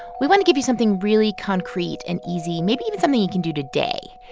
we want to give you something really concrete and easy, maybe even something you can do today.